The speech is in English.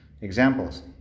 examples